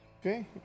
Okay